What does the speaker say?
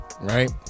Right